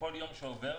יום שעובר